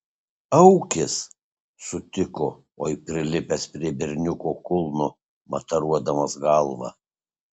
aukis sutiko oi prilipęs prie berniuko kulno mataruodamas galva